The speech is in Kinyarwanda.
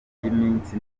y’iminsi